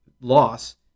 loss